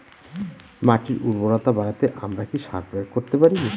মাটির উর্বরতা বাড়াতে আমরা কি সার প্রয়োগ করতে পারি?